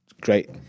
great